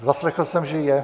Zaslechl jsem, že je.